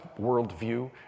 worldview